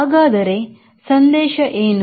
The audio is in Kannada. ಹಾಗಾದರೆ ಸಂದೇಶ ಏನು